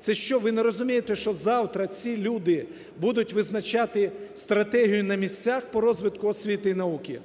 Це що, ви не розумієте, що завтра ці люди будуть визначати стратегію на місцях по розвитку освіти і науки?